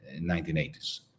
1980s